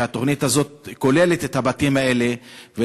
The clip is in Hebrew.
והתוכנית הזו כוללת את הבתים האלה.